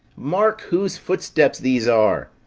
mark whose footsteps these are.